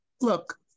Look